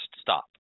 stop